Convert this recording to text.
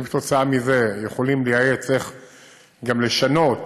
אם כתוצאה מזה יכולים גם לייעץ איך לשנות